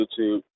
YouTube